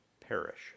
perish